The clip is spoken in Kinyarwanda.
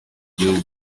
gihugu